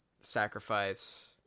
sacrifice